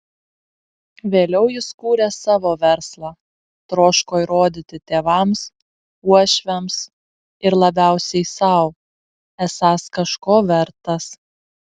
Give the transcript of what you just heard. vėliau jis kūrė savo verslą troško įrodyti tėvams uošviams ir labiausiai sau esąs kažko vertas